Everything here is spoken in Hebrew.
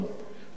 פה במקרה